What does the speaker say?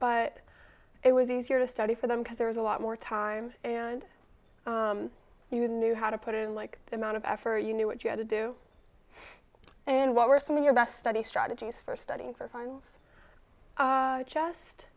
but it was easier to study for them because there was a lot more time and you knew how to put in like the amount of effort you knew what you had to do and what were some of your best study strategies for studying for finals just